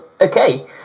Okay